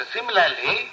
Similarly